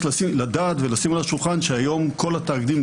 לדעת ולשים על השולחן שהיום כל התאגידים,